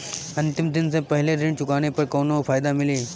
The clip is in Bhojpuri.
अंतिम दिन से पहले ऋण चुकाने पर कौनो फायदा मिली?